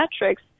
metrics